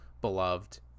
beloved